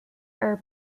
are